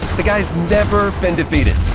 the guy has never been defeated.